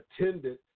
attended